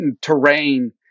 terrain